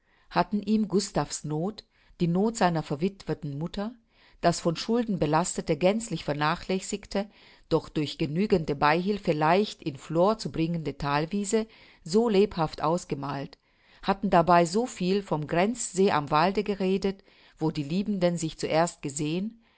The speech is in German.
hatten ihm gustav's noth die noth seiner verwitweten mutter das von schulden belastete gänzlich vernachlässigte doch durch genügende beihilfe leicht in flor zu bringende thalwiese so lebhaft ausgemalt hatten dabei so viel vom grenzsee am walde geredet wo die liebenden sich zuerst gesehen